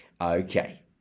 Okay